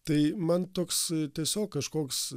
tai man toks tiesiog kažkoks